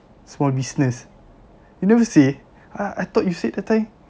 small business you never say !huh! I thought you say that time